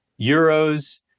euros